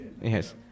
Yes